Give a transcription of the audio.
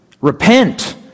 Repent